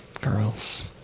girls